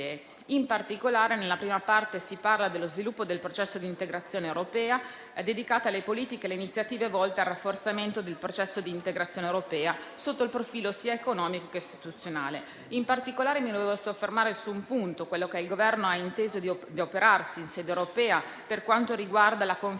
In particolare, la prima parte, sullo sviluppo del processo di integrazione europea, è dedicata alle politiche e alle iniziative volte al rafforzamento del processo di integrazione europea sotto il profilo sia economico che istituzionale. In particolare, mi volevo soffermare su un punto, ovvero che il Governo ha inteso adoperarsi in sede europea per quanto riguarda la Conferenza